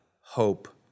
hope